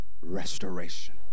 restoration